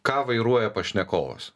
ką vairuoja pašnekovas